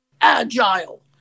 agile